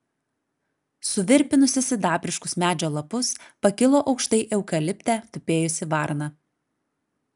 suvirpinusi sidabriškus medžio lapus pakilo aukštai eukalipte tupėjusi varna